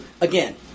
again